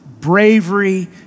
Bravery